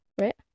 right